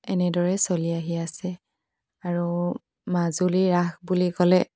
এনেদৰেই চলি আহি আছে আৰু মাজুলীৰ ৰাস বুলি ক'লে